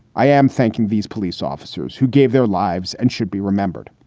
i am thanking these police officers who gave their lives and should be remembered.